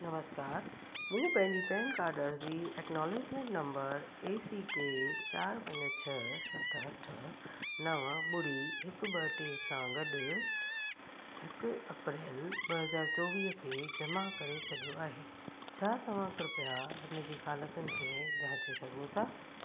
नमस्कार मूं पंहिंजी PAN card अर्ज़ी acknowledgement number A C K चार पंज छह सत अठ नव ॿुड़ी हिकु ॿ टे सां गॾ हिकु अप्रैल ॿ हज़ार चोवीह खे जमा करे छॾियो आहे छा तव्हां कृपया हिनजी हालतुनि खे जांचे सघो था